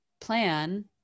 plan